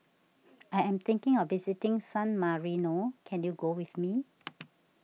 I am thinking of visiting San Marino can you go with me